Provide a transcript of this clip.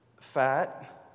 fat